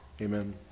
Amen